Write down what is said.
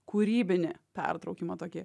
kūrybinį pertraukimą tokį